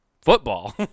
Football